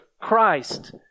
Christ